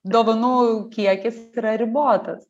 dovanų kiekis yra ribotas